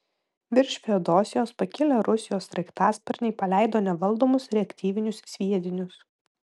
virš feodosijos pakilę rusijos sraigtasparniai paleido nevaldomus reaktyvinius sviedinius